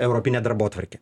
europinę darbotvarkę